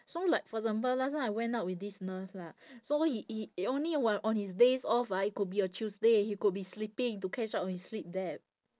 so like for example last time I went out with this nurse lah so he he only when on his days off ah it could be a tuesday he could be sleeping to catch up on his sleep debt